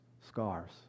scars